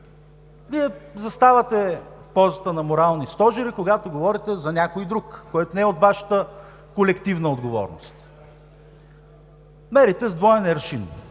Вие заставате в позата на морални стожери, когато говорите за някой друг, който не е от Вашата колективна отговорност. Мерите с двоен аршин.